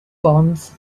bonds